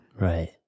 Right